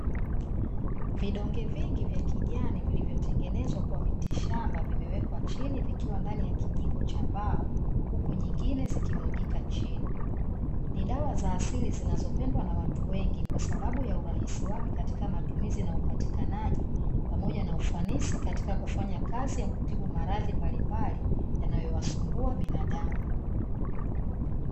Vidonge vingi vya kijani vilivyotengenezwa kwa mitishamba vimekwa chini vikiwa ndani ya kijiko cha mbao huku nyingine zikimwagika chini. Ni dawa za asili zinazopendwa na watu wengi kwa sababu ya urahisi wake katika matumizi na upatikanaji pamoja na ufanisi katika kufanya kazi ya kutibu maradhi mbalimbali yanayowasumbua binadamu.